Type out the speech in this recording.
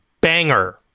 banger